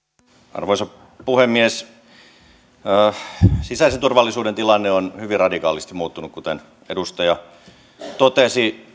arvoisa puhemies sisäisen turvallisuuden tilanne on hyvin radikaalisti muuttunut kuten edustaja totesi